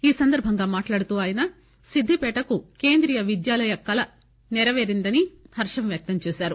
ఈ సందర్బంగా ఆయన మాట్లాడుతూ సిద్దిపేటకు కేంద్రీయ విద్యాలయ కల నెరవేరిందని హర్షం వ్యక్తంచేశారు